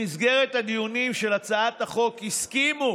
במסגרת הדיונים על הצעת החוק הסכימו